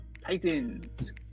Titans